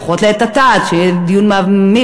לפחות לעת עתה, עד שיהיה דיון מעמיק.